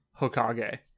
Hokage